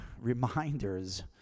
reminders